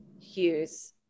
Hughes